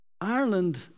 Ireland